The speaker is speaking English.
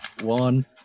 one